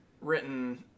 written